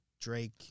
drake